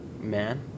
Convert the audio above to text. man